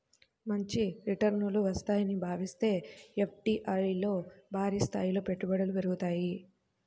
మంచి రిటర్నులు వస్తాయని భావిస్తే ఎఫ్డీఐల్లో భారీస్థాయిలో పెట్టుబడులు పెరుగుతాయి